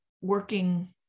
working